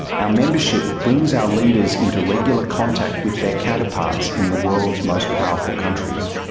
our membership brings our leaders into regular contact with their counterparts in the world's most powerful countries.